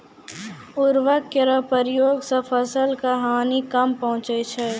उर्वरक केरो प्रयोग सें फसल क हानि कम पहुँचै छै